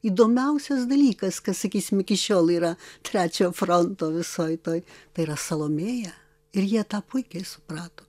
įdomiausias dalykas kas sakysim iki šiol yra trečiojo fronto visoj toj tai yra salomėja ir jie tą puikiai suprato